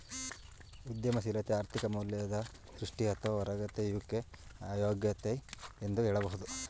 ಉದ್ಯಮಶೀಲತೆ ಆರ್ಥಿಕ ಮೌಲ್ಯದ ಸೃಷ್ಟಿ ಅಥವಾ ಹೂರತೆಗೆಯುವಿಕೆ ಯಾಗೈತೆ ಎಂದು ಹೇಳಬಹುದು